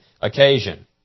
occasion